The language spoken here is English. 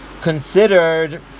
considered